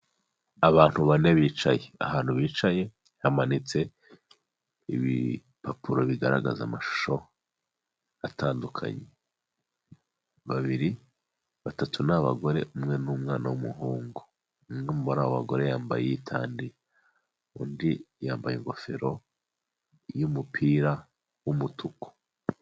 Abantu bane bicaye, ahantu bicaye hamanitse ibipapuro bigaragaza amashusho atandukanye, babiri, batatu ni abagore, umwe ni umwana w'umuhungu. Umwe muri abo bagore yambaye yitanditaye, undi yambaye ingofero y'umupira w'umutuku.